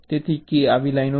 તેથી k આવી લાઇનો છે